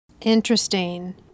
Interesting